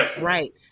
Right